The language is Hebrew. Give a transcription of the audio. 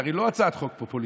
זו הרי לא הצעת חוק פופוליסטית,